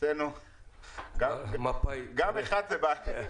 אצלנו גם אחד זה בעיה.